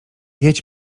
jedź